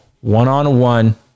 one-on-one